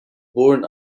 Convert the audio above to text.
borne